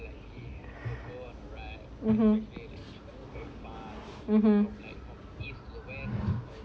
(uh huh)